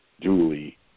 duly